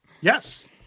Yes